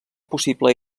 possible